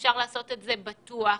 בטוח,